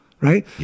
right